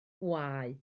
bwâu